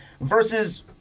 Versus